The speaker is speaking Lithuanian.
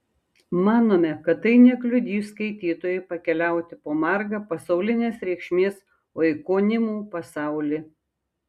manome kad tai nekliudys skaitytojui pakeliauti po margą pasaulinės reikšmės oikonimų pasaulį